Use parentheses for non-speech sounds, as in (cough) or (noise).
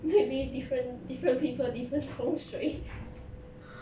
maybe different different people different 风水 (laughs)